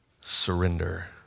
surrender